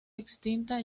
extinta